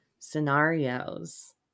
scenarios